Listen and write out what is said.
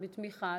בתמיכה.